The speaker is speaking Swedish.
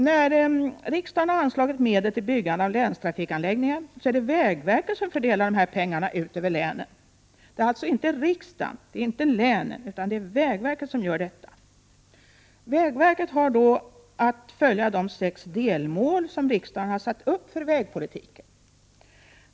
När riksdagen anslagit medel för byggande av länstrafikanläggningar har det ankommit på vägverket att fördela pengarna länsvis, alltså inte riksdagen och inte länet utan vägverket. Vägverket har då att ta hänsyn till de sex delmål som riksdagen har satt upp för vägpolitiken.